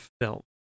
film